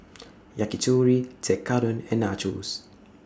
Yakitori Tekkadon and Nachos